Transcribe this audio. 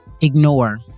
ignore